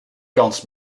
kans